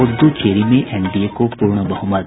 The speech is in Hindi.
पुद्दुचेरी में एनडीए को पूर्ण बहुमत